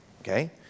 okay